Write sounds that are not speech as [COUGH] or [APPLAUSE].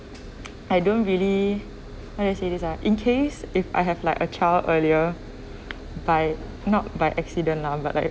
[NOISE] I don't really how to say this ah in case if I have like a child earlier by not by accident lah but like